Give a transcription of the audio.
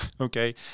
okay